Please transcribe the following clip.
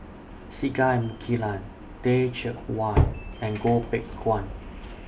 Singai Mukilan Teh Cheang Wan and Goh Beng Kwan